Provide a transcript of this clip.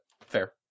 fair